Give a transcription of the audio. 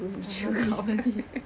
(uh huh) tu nanti